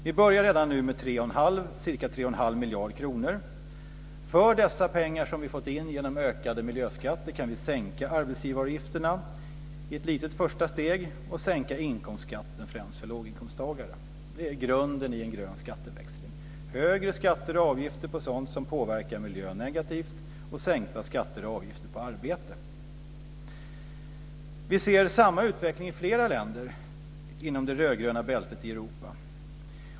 Vi börjar redan nu med ca 31⁄2 miljarder kronor. För dessa pengar som vi har fått in genom ökade miljöskatter kan vi sänka arbetsgivaravgifterna i ett litet första steg och sänka inkomstskatten främst för låginkomsttagare. Det är grunden i en grön skatteväxling; högre skatter och avgifter på sådant som påverkar miljön negativt och sänkta skatter och avgifter på arbete.